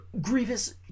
Grievous